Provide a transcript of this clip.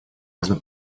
можно